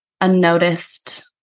unnoticed